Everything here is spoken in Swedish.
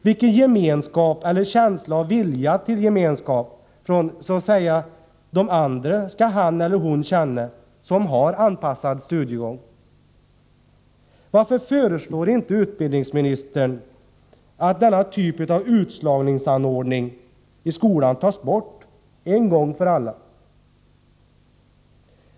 Vilken gemenskap — eller vilja hos ”de andra” till gemenskap — skall han eller hon känna som har anpassad studiegång? Varför föreslår inte utbildningsministern att denna typ av utslagningsanordning i skolan tas bort en gång för alla?